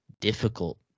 difficult